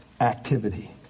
activity